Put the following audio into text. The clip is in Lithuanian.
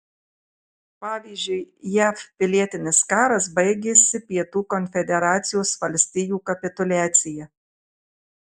pavyzdžiui jav pilietinis karas baigėsi pietų konfederacijos valstijų kapituliacija